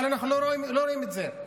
אבל אנחנו לא רואים את זה.